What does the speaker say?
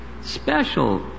special